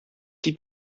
die